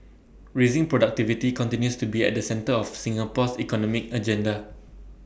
raising productivity continues to be at the centre of Singapore's economic agenda